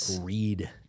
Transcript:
read